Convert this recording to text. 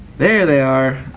there they are.